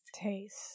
taste